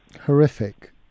horrific